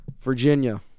Virginia